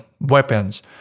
weapons